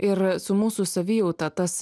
ir su mūsų savijauta tas